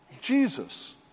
Jesus